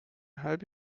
halbe